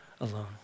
alone